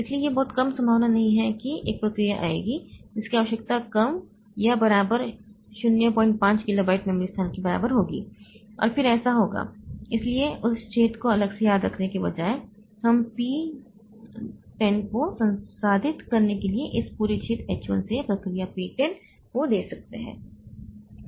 इसलिए यह बहुत कम संभावना नहीं है कि एक प्रक्रिया आएगी जिसकी आवश्यकता कम या बराबर 05 किलोबाइट मेमोरी स्थान के बराबर होगी और फिर ऐसा होगा इसलिए उस छेद को अलग से याद रखने के बजाय हम P 10 को संसाधित करने के लिए इस पूरे छेद H 1 से प्रक्रिया P10 को दे सकते हैं